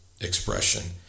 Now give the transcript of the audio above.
expression